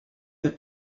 the